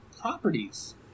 properties